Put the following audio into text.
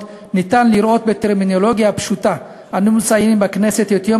ניתן לראות בטרמינולוגיה הפשוטה: אנו מציינים בכנסת את יום